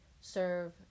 serve